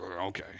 okay